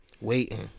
waiting